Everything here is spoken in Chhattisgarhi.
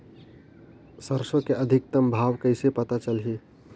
सरसो के अधिकतम भाव कइसे पता चलही?